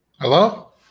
Hello